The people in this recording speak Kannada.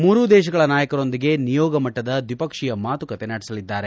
ಮೂರೂ ದೇಶಗಳ ನಾಯಕರೊಂದಿಗೆ ನಿಯೋಗ ಮಟ್ಟದ ದ್ವಿಪಕ್ವೀಯ ಮಾತುಕತೆ ನಡೆಸಲಿದ್ದಾರೆ